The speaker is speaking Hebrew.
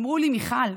אמרו לי: מיכל,